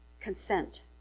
Consent